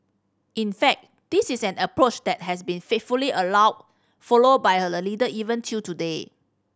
in fact this is an approach that has been faithfully allow follow by our leader even till today